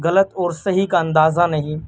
غلط اور صحیح کا اندازہ نہیں